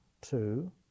two